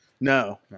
No